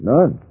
None